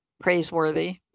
praiseworthy